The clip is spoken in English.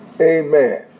Amen